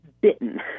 bitten